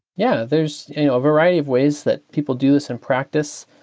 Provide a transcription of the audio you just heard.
yeah. there's a variety of ways that people do this in practice.